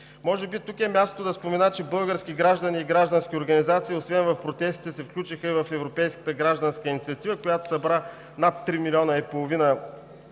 Може би тук е мястото да спомена, че български граждани и граждански организации освен в протестите, се включиха и в европейската гражданска инициатива, която събра над 3,5 милиона подписа